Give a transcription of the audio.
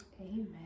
amen